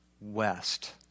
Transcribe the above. west